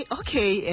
okay